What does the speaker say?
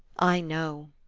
i know.